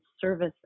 service